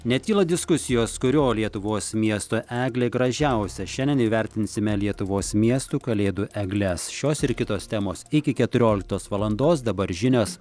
netyla diskusijos kurio lietuvos miesto eglė gražiausia šiandien įvertinsime lietuvos miestų kalėdų egles šios ir kitos temos iki keturioliktos valandos dabar žinios